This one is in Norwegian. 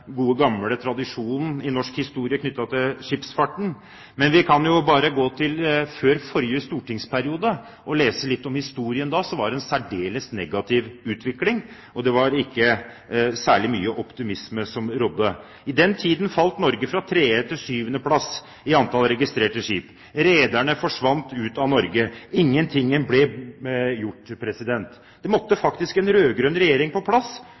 gode, gamle tradisjonen i norsk historie knyttet til skipsfarten, men vi kan jo bare gå til tiden før forrige stortingsperiode og lese litt om historien. Da var det en særdeles negativ utvikling, og det var ikke særlig mye optimisme som rådde. I den tiden falt Norge fra tredje til syvende plass i antallet registrerte skip. Rederne forsvant ut av Norge. Ingenting ble gjort. Det måtte faktisk en rød-grønn regjering på plass